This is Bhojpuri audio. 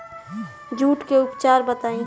जूं के उपचार बताई?